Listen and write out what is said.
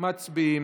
מצביעים.